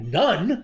none